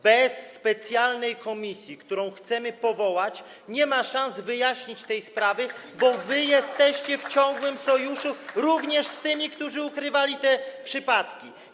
Bez specjalnej komisji, którą chcemy powołać, nie ma szans wyjaśnić tej sprawy, bo wy jesteście w ciągłym sojuszu, również z tymi, którzy ukrywali te przypadki.